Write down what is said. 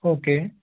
okay